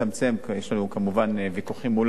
יש לנו כמובן ויכוחים מול האוצר,